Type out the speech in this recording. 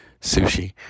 sushi